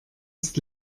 ist